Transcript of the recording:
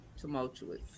tumultuous